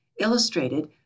illustrated